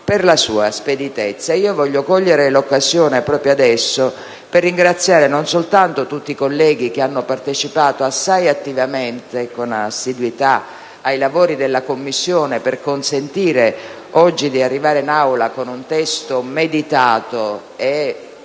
per la sua speditezza. Io voglio cogliere proprio adesso l'occasione per ringraziare non soltanto tutti i colleghi che hanno partecipato, assai attivamente e con assiduità, ai lavori della Commissione per consentire oggi di arrivare in Aula con un testo meditato e